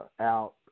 out